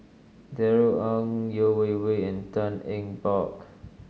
Darrell Ang Yeo Wei Wei and Tan Eng Bock